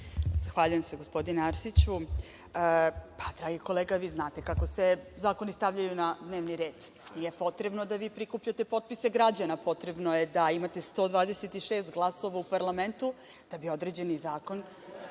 Zahvaljujem se, gospodine Arsiću. Dragi kolega, vi znate kako se zakoni stavljaju na dnevni red. Nije potrebno da vi prikupljate potpise građana, potrebno je da imate 126 glasova u parlamentu da bi određeni zakon stavili